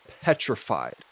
petrified